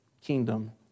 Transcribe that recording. kingdom